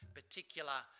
particular